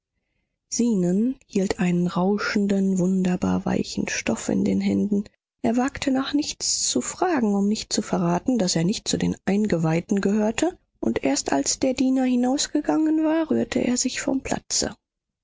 zenon hielt einen rauschenden wunderbar weichen stoff in den händen er wagte nach nichts zu fragen um nicht zu verraten daß er nicht zu den eingeweihten gehörte und erst als der diener hinausgegangen war rührte er sich vom platze